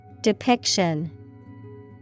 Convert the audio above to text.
Depiction